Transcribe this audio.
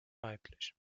weiblich